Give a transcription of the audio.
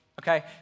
Okay